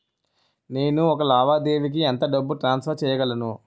నేను ఒక లావాదేవీకి ఎంత డబ్బు ట్రాన్సఫర్ చేయగలను?